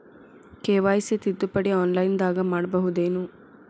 KYC ತಿದ್ದುಪಡಿ ಆನ್ಲೈನದಾಗ್ ಮಾಡ್ಬಹುದೇನು?